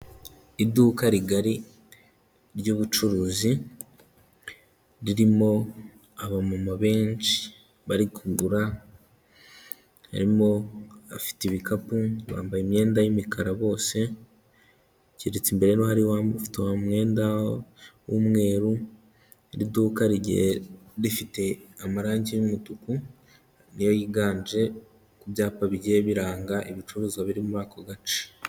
Iduka rigari ry'ubucuruzi ririmo abamama benshi bari kugura, harimo afite ibikapu bambaye imyenda y'imikara bose, keretse imbere ni ho hari ufite umwenda w'umweru, iri duka rigiye rifite amarange y'umutuku niyo yiganje ku byapa bigiye biranga ibicuruzwa biri muri ako gace.